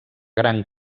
gran